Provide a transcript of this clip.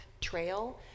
trail